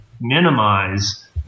minimize